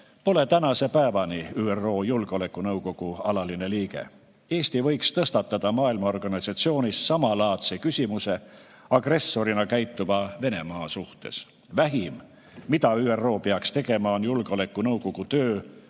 pole tänase päevani ÜRO Julgeolekunõukogu alaline liige. Eesti võiks tõstatada maailmaorganisatsioonis samalaadse küsimuse agressorina käituva Venemaa suhtes. Vähim, mida ÜRO peaks tegema, on Julgeolekunõukogu töö